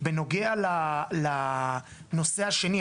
בנוגע ל נושא השני,